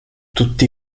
tutti